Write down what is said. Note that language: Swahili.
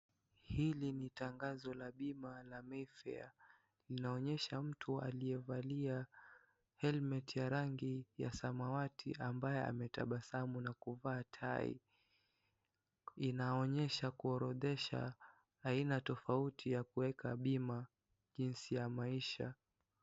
Hili ni tangazo la bima la Mayfair. Inaonyesha mtu aliyevalia helmeti ya rangi ya samawati ambaye ametabasamu na kuvaa tai. Inaonyesha kuorodhesha aina tofauti ya kuweka bima, jinsi ya maisha.